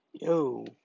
Yo